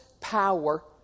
power